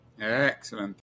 Excellent